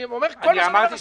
אני אומר כל דבר נוסף,